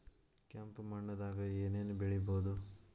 ಕೆಂಪು ಮಣ್ಣದಾಗ ಏನ್ ಏನ್ ಬೆಳಿಬೊದು?